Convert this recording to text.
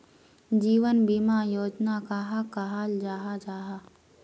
जीवन बीमा योजना कहाक कहाल जाहा जाहा?